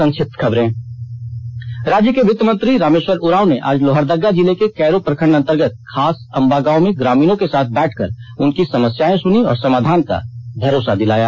संक्षिप्त खबरें राज्य के वित्तमंत्री रामेश्वर उरॉव ने आज लोहरदगा जिले के कैरो प्रखण्ड अन्तर्गत खास अम्बवा गांव में ग्रामीणों के साथ बैठककर उनकी समस्याएं सुनी और समाधान का भरोसा दिलाया